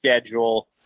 schedule